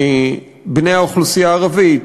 בני האוכלוסייה הערבית,